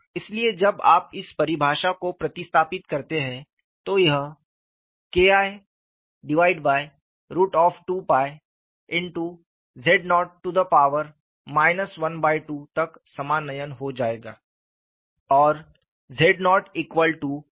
इसलिए जब आप इस परिभाषा को प्रतिस्थापित करते हैं तो यह KI2 z0 12 तक समानयन हो जायेगा